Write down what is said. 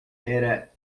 era